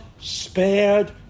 spared